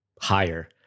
higher